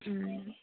ও